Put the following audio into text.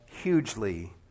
hugely